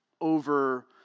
over